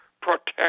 Protect